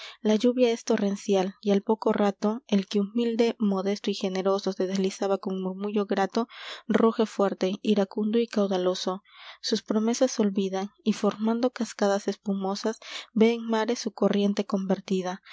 la lluvia es torrencial y al poco rato el que humilde modesto y generoso se deslizaba con m u r m u l l o grato ruge fuerte iracundo y paudaloso sus promesas olvida y formando cascadas espumosas ve en mares su corriente convertida